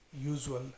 usual